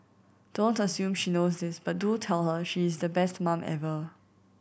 don't assume she knows this but do tell her she is the best mum ever